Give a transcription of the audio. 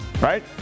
right